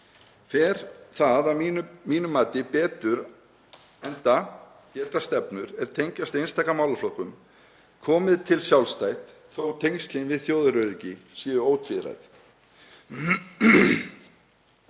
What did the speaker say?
Fer það að mínu mati betur, enda geta stefnur er tengjast einstaka málaflokkum komið til sjálfstætt þótt tengslin við þjóðaröryggi séu ótvíræð.